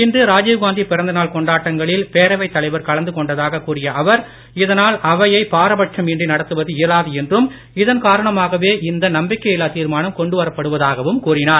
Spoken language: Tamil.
இன்று ராஜிவ்காந்தி பிறந்த நாள் கொண்டாட்டங்களில் பேரவை தலைவர் கலந்து கொண்டதாக கூறிய அவர் இதனால் அவையை பாரபட்சம் இன்றி நடத்துவது இயலாது என்றும் இதன் காரணமாகவே இந்த நம்பிக்கையில்லா தீர்மானம் கொண்டு வரப்படுவதாகவும் கூறினார்